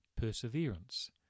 perseverance